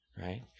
Right